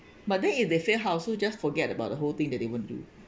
but then if they fail how so just forget about the whole thing that they won't do